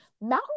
Mountain